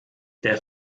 der